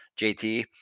JT